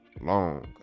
long